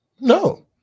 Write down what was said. No